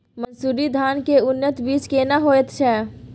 मन्सूरी धान के उन्नत बीज केना होयत छै?